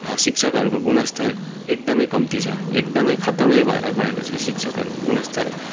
शिक्षकहरूको गुणस्तर एकदमै कम्ती छ एकदमै खतमै भएर गएको छ शिक्षकहरूको गुणस्तर